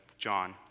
John